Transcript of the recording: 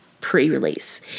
pre-release